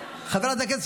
עבר הזמן.